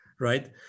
right